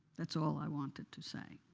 that's all i wanted to say.